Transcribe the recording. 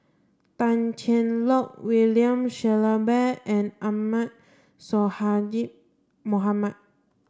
Tan Cheng Lock William Shellabear and Ahmad Sonhadji Mohamad